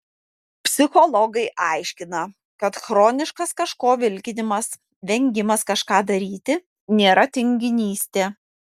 psichologai aiškina kad chroniškas kažko vilkinimas vengimas kažką daryti nėra tinginystė